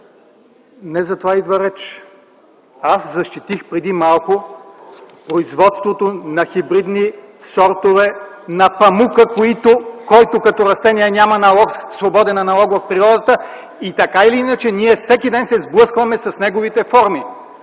не за това иде реч. Аз защитих преди малко производството на хибридни сортове на памука, който като растение няма свободен аналог в природата и така или иначе ние всеки ден се сблъскваме с неговите форми.